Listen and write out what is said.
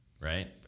right